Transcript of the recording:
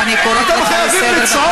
אתם חייבים לצעוק?